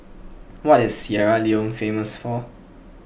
what is Sierra Leone famous for